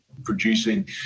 producing